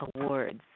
awards